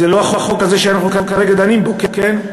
זה לא החוק הזה שאנחנו כרגע דנים בו, כן?